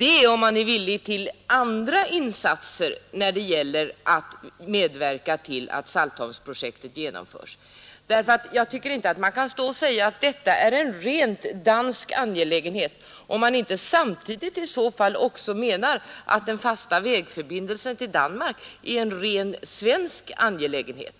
är om han är villig till andra insatser när det gäller medverkan till att Saltholmsprojektet genomförs. Jag tycker inte att man kan säga att detta är en rent dansk angelägenhet, om man inte samtidigt i så fall också menar att den fasta vägförbindelsen till Danmark är en rent svensk angelägenhet.